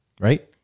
right